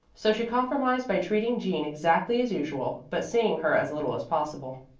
so she compromised by treating jean exactly as usual, but seeing her as little as possible.